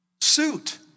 suit